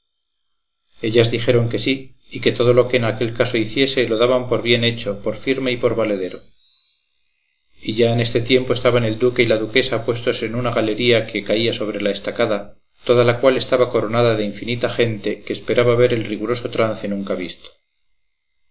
ellas dijeron que sí y que todo lo que en aquel caso hiciese lo daban por bien hecho por firme y por valedero ya en este tiempo estaban el duque y la duquesa puestos en una galería que caía sobre la estacada toda la cual estaba coronada de infinita gente que esperaba ver el riguroso trance nunca visto